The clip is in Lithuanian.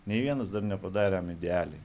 nei vienas dar nepadarėm idealiai